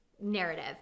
narrative